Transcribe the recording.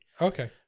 Okay